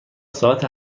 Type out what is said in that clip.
ساعت